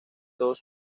todos